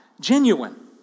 genuine